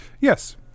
Yes